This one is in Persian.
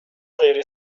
غیر